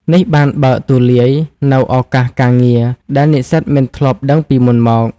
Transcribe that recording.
នេះបានបើកទូលាយនូវឱកាសការងារដែលនិស្សិតមិនធ្លាប់ដឹងពីមុនមក។